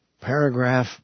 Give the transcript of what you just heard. paragraph